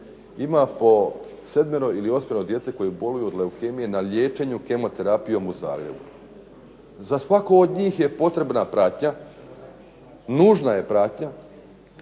ima po sedmero ili osmero djece koji boluju od leukemije na liječenju kemoterapijom u Zagrebu. Za svako od njih je potrebna pratnja, nužna je pratnja